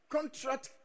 Contract